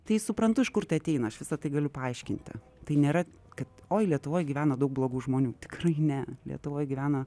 tai suprantu iš kur tai ateina aš visa tai galiu paaiškinti tai nėra kad oi lietuvoj gyvena daug blogų žmonių tikrai ne lietuvoj gyvena